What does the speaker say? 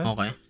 Okay